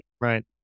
right